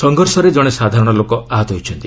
ସଂଘର୍ଷରେ ଜଣେ ସାଧାରଣ ଲୋକ ଆହତ ହୋଇଛନ୍ତି